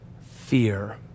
Fear